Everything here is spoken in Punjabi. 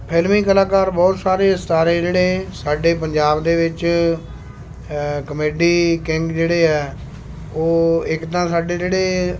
ਫ਼ਿਲਮੀ ਕਲਾਕਾਰ ਬਹੁਤ ਸਾਰੇ ਸਿਤਾਰੇ ਜਿਹੜੇ ਸਾਡੇ ਪੰਜਾਬ ਦੇ ਵਿੱਚ ਕਮੇਡੀ ਕਿੰਗ ਜਿਹੜੇ ਹੈ ਉਹ ਇੱਕ ਤਾਂ ਸਾਡੇ ਜਿਹੜੇ